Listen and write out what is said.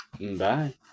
bye